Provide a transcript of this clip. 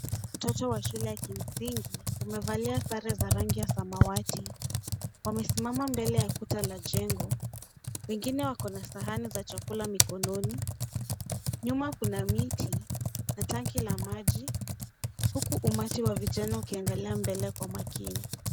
Watoto wa shule ya kimsingi wamevalia sare za rangi ya samawati . Wamesimama mbele ya kuta la jengo . Wengine wako na sahani za chakula mikononi . Nyuma kuna miti na tanki la maji huku umati wa vijana ukiangalia mbele kwa umakini.